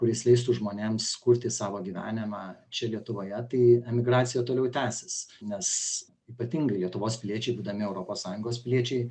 kuris leistų žmonėms kurti savo gyvenimą čia lietuvoje tai emigracija toliau tęsis nes ypatingai lietuvos piliečiai būdami europos sąjungos piliečiai